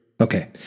Okay